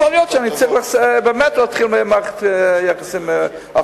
יכול להיות שאני באמת צריך להתחיל ממערכת יחסים עכורים.